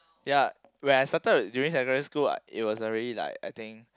ya when I started during secondary school what it was already like I think